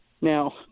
Now